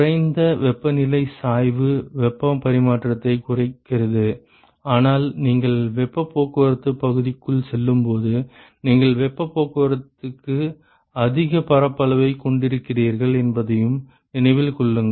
குறைந்த வெப்பநிலை சாய்வு வெப்ப பரிமாற்றத்தை குறைக்கிறது ஆனால் நீங்கள் வெப்பப் போக்குவரத்து பகுதிக்குள் செல்லும்போது நீங்கள் வெப்பப் போக்குவரத்துக்கு அதிக பரப்பளவைக் கொண்டிருக்கிறீர்கள் என்பதையும் நினைவில் கொள்ளுங்கள்